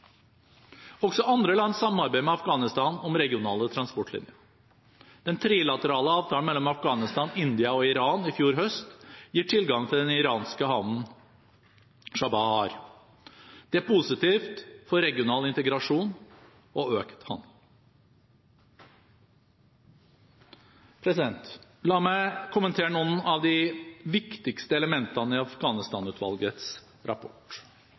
Også andre land samarbeider med Afghanistan om regionale transportlinjer. Den trilaterale avtalen mellom Afghanistan, India og Iran i fjor høst gir tilgang til den iranske havnen Chabahar. Det er positivt for regional integrasjon og økt handel. La meg kommentere noen av de viktigste elementene i Afghanistan-utvalgets rapport.